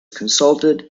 consulted